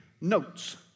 notes